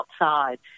outside –